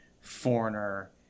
foreigner